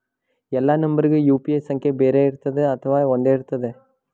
ಎಲ್ಲಾ ನಂಬರಿಗೂ ಯು.ಪಿ.ಐ ಸಂಖ್ಯೆ ಬೇರೆ ಇರುತ್ತದೆ ಅಥವಾ ಒಂದೇ ಇರುತ್ತದೆ?